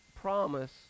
promise